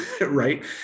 Right